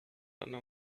under